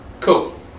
cool